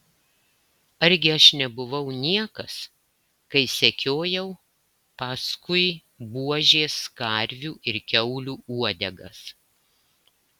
argi aš nebuvau niekas kai sekiojau paskui buožės karvių ir kiaulių uodegas